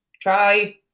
try